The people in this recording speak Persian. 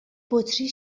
بطری